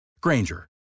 Granger